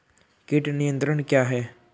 कीट नियंत्रण क्या है?